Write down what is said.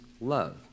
love